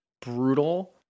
brutal